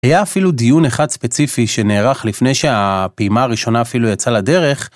היה אפילו דיון אחד ספציפי שנערך לפני שהפעימה הראשונה אפילו יצאה לדרך.